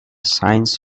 signs